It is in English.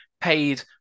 paid